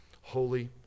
holy